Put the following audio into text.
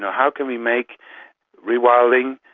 how can we make rewilding,